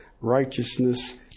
righteousness